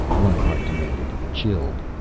reinhart demanded, chilled.